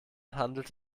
handelt